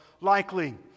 likely